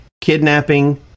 kidnapping